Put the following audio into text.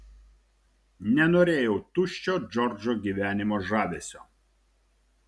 nenorėjau tuščio džordžo gyvenimo žavesio